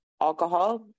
alcohol